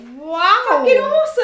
wow